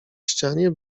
ścianie